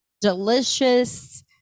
delicious